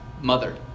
mother